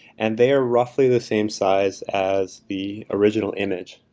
and they are roughly the same size as the original image.